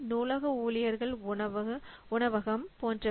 நூலக ஊழியர்கள் உணவகம் போன்றவை